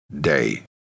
day